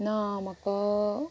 ना म्हाका